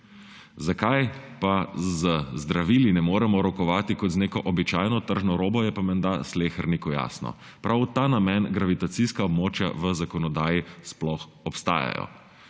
Zakaj z zdravili ne moremo rokovati kot z neko običajno tržno robo, je pa menda sleherniku jasno. Prav v ta namen gravitacijska območja v zakonodaji sploh obstajajo.